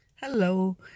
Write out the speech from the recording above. Hello